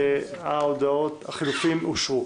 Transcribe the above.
החילופין אושרו.